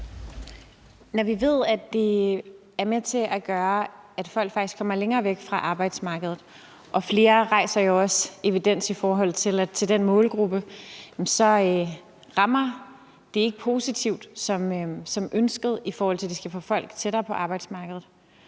Når vi ved, at det er med til at gøre, at folk faktisk kommer længere væk fra arbejdsmarkedet – og flere rejser jo også det, at der er en evidens i forhold til den målgruppe – så rammer det ikke positivt som ønsket, i forhold til at det skal få folk tættere på arbejdsmarkedet.